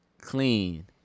clean